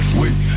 wait